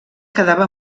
quedava